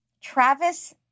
Travis